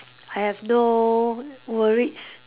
I have no worries